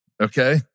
okay